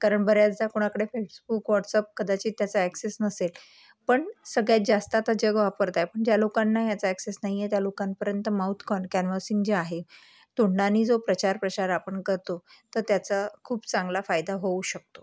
कारण बऱ्याचदा कोणाकडे फेसबुक व्हाट्सप कदाचित त्याचा ॲक्सेस नसेल पण सगळ्यात जास्त आता जग वापरतं आहे पण ज्या लोकांना ह्याचा ॲक्सेस नाही आहे त्या लोकांपर्यंत माऊथ कॉन कॅनव्हसिंग जे आहे तोंडानी जो प्रचार प्रसार आपण करतो तर त्याचा खूप चांगला फायदा होऊ शकतो